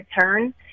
turn